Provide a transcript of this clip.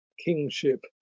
kingship